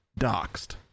doxed